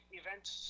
events